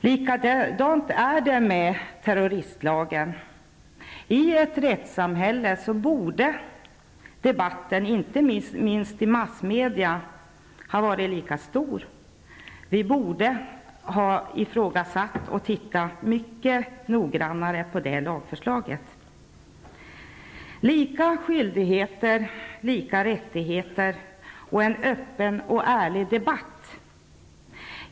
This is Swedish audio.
Likadant är det med terroristlagen -- i ett rättssamhälle borde debatten, inte minst i massmedia, ha varit omfattande. Vi borde ha ifrågasatt lagförslaget och tittat mycket noggrannare på det. Lika skyldigheter -- lika rättigheter och en öppen och ärlig debatt.